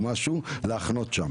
לחנות שם.